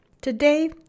Today